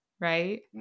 right